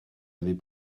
avais